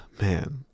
man